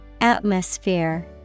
Atmosphere